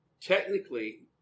technically